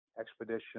expedition